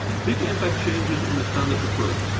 big impact changes in the standards occur.